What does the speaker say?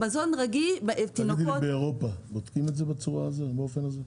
באירופה בודקים בצורה הזאת?